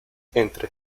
entre